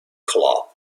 club